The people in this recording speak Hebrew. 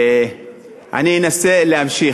אני אנסה להמשיך,